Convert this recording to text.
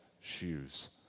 shoes